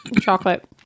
chocolate